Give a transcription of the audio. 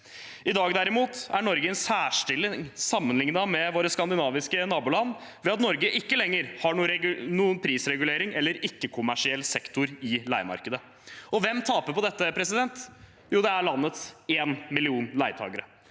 I dag, derimot, er Norge i en særstilling sammenlignet med våre skandinaviske naboland ved at Norge ikke lenger har noen prisregulering eller ikke-kommersiell sektor i leiemarkedet. Hvem taper på dette? Jo, det er landets én million leietakere,